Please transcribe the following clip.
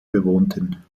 bewohnten